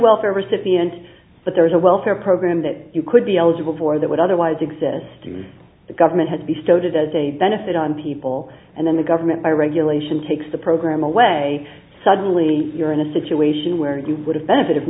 welfare recipient but there is a welfare program that you could be eligible for that would otherwise exist and the government has bestowed it as a benefit on people and then the government by regulation takes the program away suddenly you're in a situation where you would have benefited from